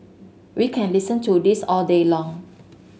we can listen to this all day long